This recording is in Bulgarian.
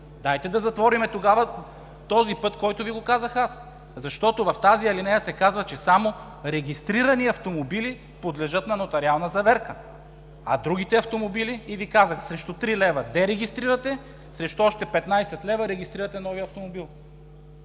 Дайте да затворим тогава този път, който Ви казах аз. В тази алинея се казва, че само регистрирани автомобили подлежат на нотариална заверка. А другите автомобили? Казах Ви, срещу три лева дерегистрирате, срещу още 15 лв. регистрирате новия автомобил.